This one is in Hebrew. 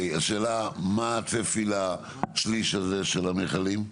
מה הצפי לשליש הזה של המחירים?